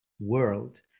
world